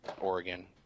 Oregon